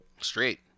Straight